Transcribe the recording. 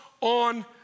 on